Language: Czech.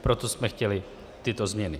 Proto jsme chtěli tyto změny.